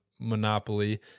Monopoly